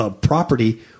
property